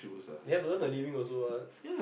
they have to earn a living also what